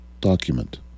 document